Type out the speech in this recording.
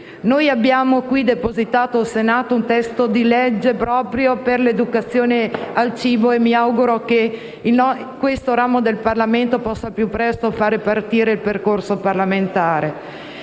Noi abbiamo depositato qui in Senato un testo disegno di legge proprio per l'educazione al cibo e mi auguro che questo ramo del Parlamento possa al più presto farne partire il percorso parlamentare.